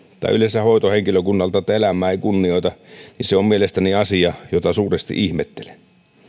tai yleensä hoitohenkilökunnalta niin että elämää ei kunnioiteta on asia jota suuresti ihmettelen